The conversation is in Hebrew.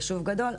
יישוב גדול,